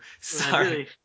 Sorry